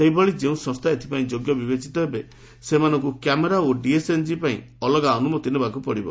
ସେହିଭଳି ଯେଉଁ ସଂସ୍କା ଏଥିପାଇଁ ଯୋଗ୍ୟ ବିବେଚିତ ହେବେ ସେମାନଙ୍କୁ କ୍ୟାମେରା ଓ ଡିଏସ୍ଏନ୍ଜି ପାଇଁ ଅଲଗା ଅନୁମତି ନେବାକୁ ପଡ଼ିବ